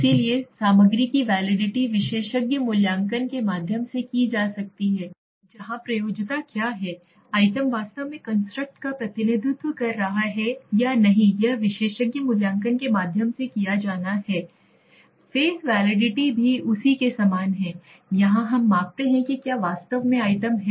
इसलिए सामग्री की वैलिडिटी विशेषज्ञ मूल्यांकन के माध्यम से की जाती है जहां प्रयोज्यता क्या है आइटम वास्तव में कंस्ट्रक्ट का प्रतिनिधित्व कर रहा है या नहीं यह विशेषज्ञ मूल्यांकन के माध्यम से किया जाना है फेस वैलिडिटी भी उसी के समान है यहाँ हम मापते हैं कि क्या वास्तव में आइटम हैं